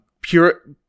pure